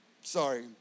sorry